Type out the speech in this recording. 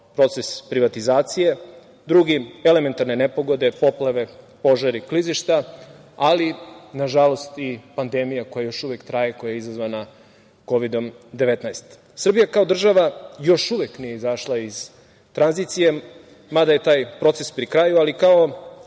proces privatizacije, drugi elementarne nepogode – poplave, požari, klizišta, ali, nažalost, i pandemija koja još uvek traje i koja je izazvana Kovidom 19.Srbija kao država još uvek nije izašla iz tranzicije, mada je taj proces pri kraju, ali kao